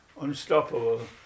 unstoppable